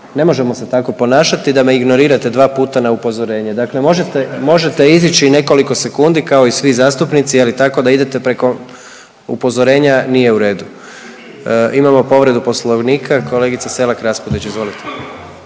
Ne možemo se tako ponašati da me ignorirate dva puta na upozorenje. Dakle, možete izići nekoliko sekundi kao i svi zastupnici, ali tako da idete preko upozorenja nije u redu. Imamo povredu Poslovnika kolegica Selak Raspudić, izvolite.